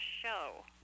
show